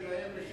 הם שלהם,